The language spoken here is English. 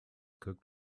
cooked